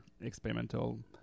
experimental